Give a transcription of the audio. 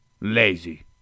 Lazy